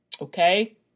okay